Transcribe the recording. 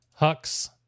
Hux